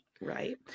right